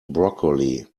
broccoli